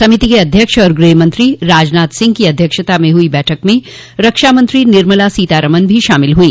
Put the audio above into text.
समिति के अध्यक्ष और गृहमंत्री राजनाथ सिंह की अध्यक्षता में हुई बैठक में रक्षामंत्री निर्मला सीतारमन भी शामिल हुई